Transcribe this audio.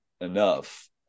enough